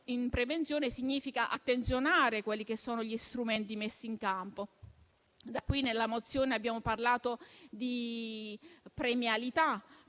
in prevenzione significa attenzionare gli strumenti messi in campo. Per questo nella mozione abbiamo parlato di premialità